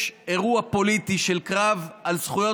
יש אירוע פוליטי של קרב על זכויות